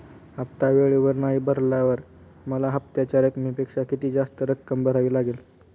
हफ्ता वेळेवर नाही भरल्यावर मला हप्त्याच्या रकमेपेक्षा किती जास्त रक्कम भरावी लागेल?